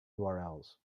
urls